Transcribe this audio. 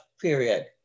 period